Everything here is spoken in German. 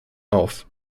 auf